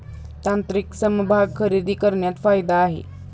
तांत्रिक समभाग खरेदी करण्यात फायदा आहे